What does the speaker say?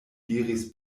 diris